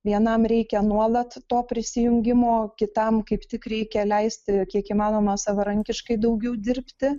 vienam reikia nuolat to prisijungimo kitam kaip tik reikia leisti kiek įmanoma savarankiškai daugiau dirbti